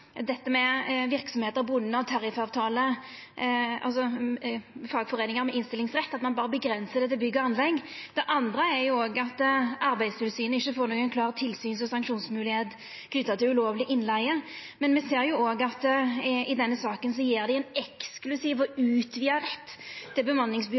fagforeiningar til å ha innstillingsrett til å gjelda berre bygg- og anleggsbransjen. Det andre er at Arbeidstilsynet ikkje får nokon klar tilsyns- og sanksjonsmoglegheit knytt til ulovleg innleige. Me ser òg i denne saka at dei gjev ein eksklusiv og utvida rett for bemanningsbyråa til